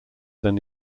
then